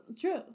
True